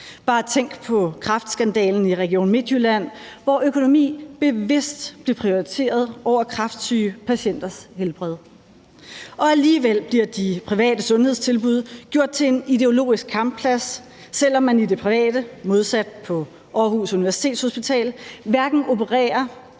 bare på kræftskandalen i Region Midtjylland, hvor økonomi bevidst blev prioriteret over kræftsyge patienters helbred. Og alligevel bliver de private sundhedstilbud gjort til en ideologisk kampplads, selv om man i det private, modsat på Aarhus Universitetshospital, hverken opererer